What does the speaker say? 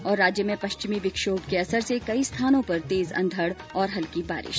्र राज्य में पश्चिमी विक्षोम के असर से कई स्थानों पर तेज अंधड और हल्की बारिश